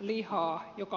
lihaa joka on puhdasta